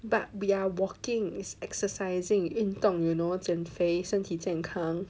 but we are walking is exercising 运动 you know 减肥身体健康